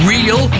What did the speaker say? Real